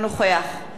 נחמן שי,